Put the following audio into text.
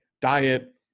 diet